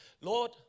Lord